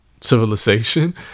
civilization